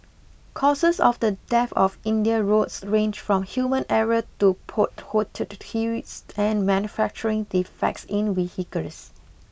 causes of the death of India's roads range from human error to potholed streets and manufacturing defects in vehicles